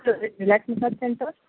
relax massage centre